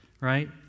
right